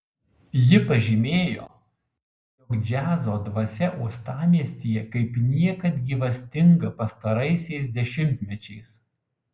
ji pažymėjo jog džiazo dvasia uostamiestyje kaip niekad gyvastinga pastaraisiais dešimtmečiais